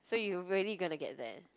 so you really gonna get that